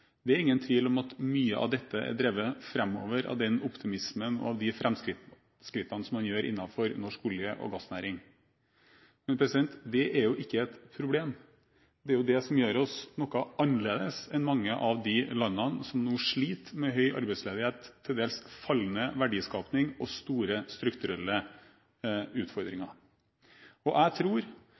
Det er ingen tvil om at mye av dette er drevet framover av den optimismen og de framskrittene vi gjør innenfor norsk olje- og gassnæring. Men det er jo ikke et problem. Det er det som gjør oss noe annerledes enn mange av de landene som nå sliter med høy arbeidsledighet, til dels fallende verdiskaping og store strukturelle utfordringer. Jeg tror